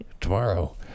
tomorrow